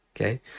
okay